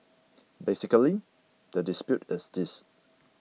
basically the dispute is this